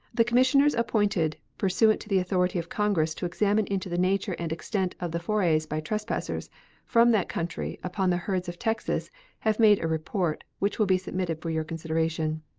the commissioners appointed pursuant to the authority of congress to examine into the nature and extent of the forays by trespassers from that country upon the herds of texas have made a report, which will be submitted for your consideration.